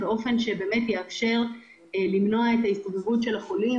באופן שבאמת יאפשר למנוע את ההסתובבות של החולים